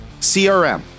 crm